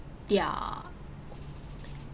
ya